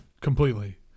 completely